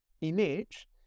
image